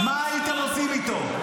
מה הייתם עושים איתו?